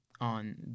on